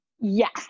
Yes